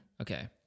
Okay